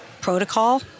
protocol